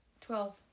Twelve